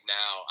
now